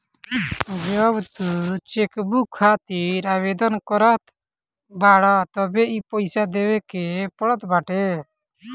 जब तू चेकबुक खातिर आवेदन करत बाटअ तबे इ पईसा देवे के पड़त बाटे